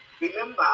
remember